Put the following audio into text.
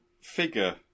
figure